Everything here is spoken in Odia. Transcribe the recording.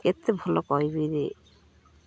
କେତେ ଭଲ କହିବିରେ